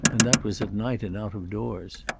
and that was at night and out of doors.